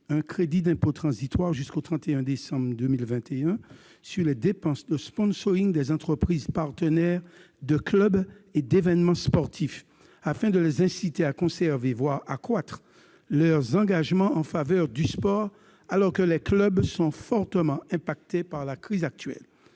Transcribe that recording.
un crédit d'impôt transitoire jusqu'au 31 décembre 2021 sur les dépenses de sponsoring des entreprises partenaires de clubs et d'événements sportifs, afin de les inciter à conserver, voire à accroître, leurs engagements en faveur du sport alors que les clubs sont fortement touchés par la crise.